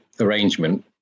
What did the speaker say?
arrangement